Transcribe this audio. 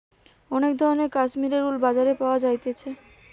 অনেক ধরণের কাশ্মীরের উল বাজারে পাওয়া যাইতেছে